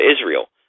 Israel